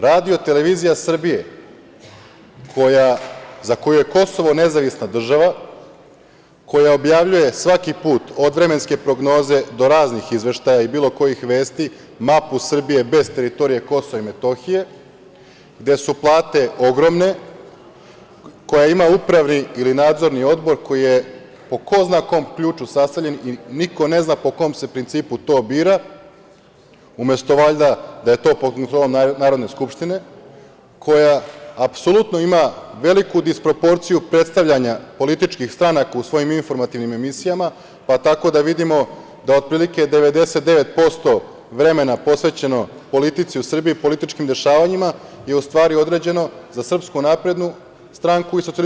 Radio-televizija Srbije, za koju je Kosovo nezavisna država, koja objavljuje svaki put, od vremenske prognoze do raznih izveštaja i bilo kojih vesti, mapu Srbije bez teritorije KiM, gde su plate ogromne, koja ima upravni ili nadzorni odbor, koji je po ko zna kom ključu sastavljen i niko ne zna po kom se principu to bira, umesto valjda da je to pod kontrolom Narodne skupštine, koja apsolutno ima veliku disproporciju predstavljanja političkih stranaka u svojim informativnim emisijama, pa tako da vidimo da otprilike 99% vremena posvećeno politici u Srbiji, političkim dešavanjima je u stvari određeno za SNS i SPS.